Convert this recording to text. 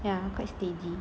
ya quite steady